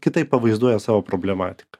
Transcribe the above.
kitaip pavaizduoja savo problematiką